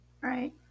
right